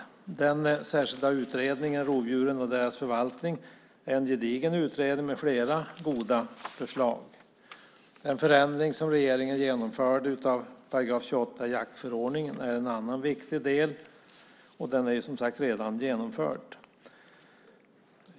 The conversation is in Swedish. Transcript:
Den särskilda utredningen Rovdjuren och deras förvaltning är en gedigen utredning med flera goda förslag. Den förändring som regeringen genomförde av § 28 i jaktförordningen är en annan viktig del, och den är som sagt redan genomförd.